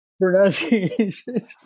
pronunciation